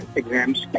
exams